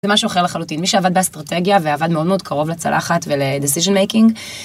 זה משהו אחר לחלוטין מי שעבד באסטרטגיה ועבד מאוד מאוד קרוב לצלחת ול decision making.